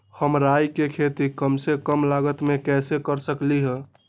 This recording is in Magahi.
हम राई के खेती कम से कम लागत में कैसे कर सकली ह?